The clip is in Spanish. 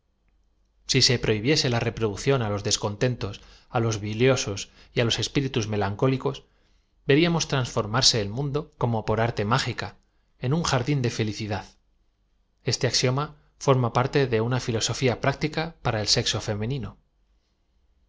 si se prohibiese la reproducción á los descontentos á los biliosos y á loa espíritus melaucólicos veriamoa transformarse el mundo como por arte mágica en un jar din de felicidad te axioma form a parte de una flloboíia práctica para el sexo femenino